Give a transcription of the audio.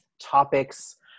topics